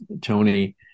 Tony